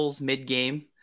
mid-game